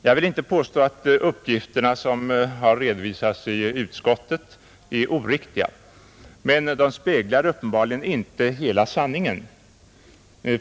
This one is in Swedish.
Jag vill inte påstå att de uppgifter som har redovisats i utskottet är oriktiga, men de speglar uppenbarligen inte hela sanningen.